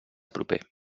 proper